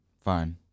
Fine